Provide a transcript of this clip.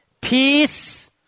peace